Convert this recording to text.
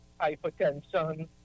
hypertension